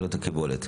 הקיבולת.